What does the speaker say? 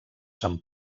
se’n